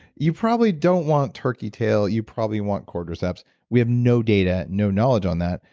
you probably don't want turkey tail you probably want cordyceps we have no data, no knowledge on that,